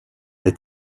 est